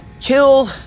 Kill